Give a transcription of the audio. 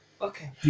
Okay